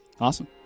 Awesome